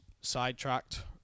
sidetracked